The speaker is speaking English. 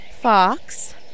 Fox